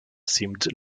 seemed